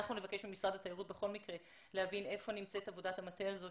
בכל מקרה נבקש ממשרד התיירות להבין היכן נמצאת עבודת המטה הזאת